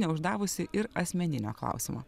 neuždavusi ir asmeninio klausimo